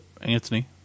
Anthony